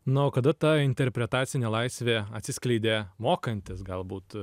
na o kada ta interpretacinė laisvė atsiskleidė mokantis galbūt